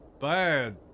bad